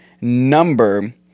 number